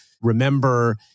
remember